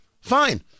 fine